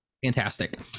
fantastic